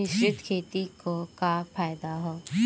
मिश्रित खेती क का फायदा ह?